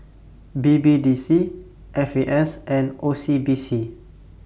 B B D C F A S and O C B C